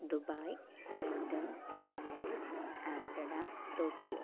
Dubai London Paris Amsterdam Tokyo